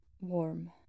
warm